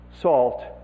salt